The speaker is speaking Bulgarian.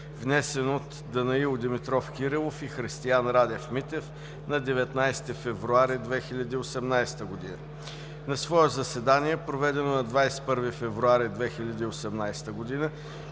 внесен от Данаил Димитров Кирилов и Христиан Радев Митев на 19 февруари 2018 г. На свое заседание, проведено на 21 февруари 2018 г.,